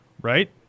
Right